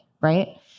right